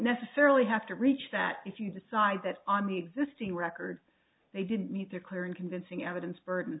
necessarily have to reach that if you decide that on the existing record they didn't meet their clear and convincing evidence bur